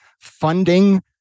funding